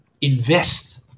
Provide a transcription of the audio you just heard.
invest